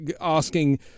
asking